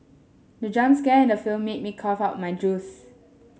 the jump scare in the film made me cough out my juice